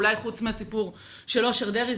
אולי חוץ מהסיפור של אושר דרעי,